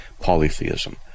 polytheism